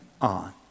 on